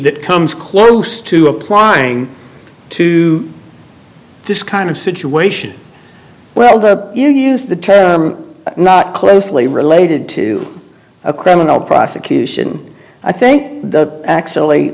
that comes close to applying to this kind of situation well that you use the term not closely related to a criminal prosecution i think the actually